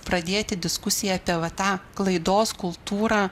pradėti diskusiją apie va tą klaidos kultūrą